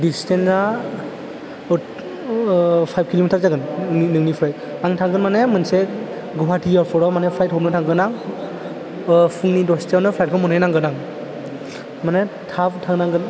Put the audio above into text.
डिचटेना five kilometre जागोन नोंनिफ्राय आं थांगोन माने मोनसे गवाहाटि एयारपर्टआव माने फ्लाइट हामनो थांगोन आं फुंनि दस्तायावनो फ्लाइटखौ मोनैनांगोन आं माने थाब थांनांगोन